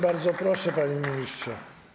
Bardzo proszę, panie ministrze.